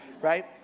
Right